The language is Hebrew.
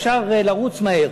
אפשר לרוץ מהר.